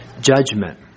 judgment